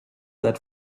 that